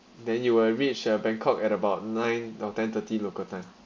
then you will reach uh bangkok at about nine ten thirty local time